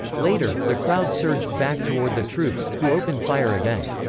later, the crowds surged back toward the troops, who opened fire again.